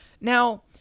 Now